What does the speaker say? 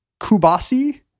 kubasi